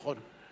נכון.